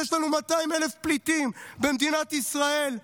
כשיש לנו 200,000 פליטים במדינת ישראל?